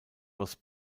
was